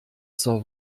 zur